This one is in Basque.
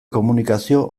komunikazio